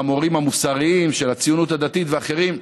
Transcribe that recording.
המורים המוסריים של הציונות הדתית ואחרים,